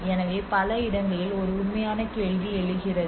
எனவே பல இடங்களில் ஒரு உண்மையான கேள்வி எழுகிறது